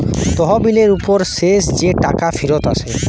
তহবিলের উপর শেষ যে টাকা ফিরত আসে